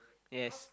yes